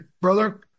brother